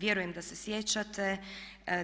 Vjerujem da se sjećate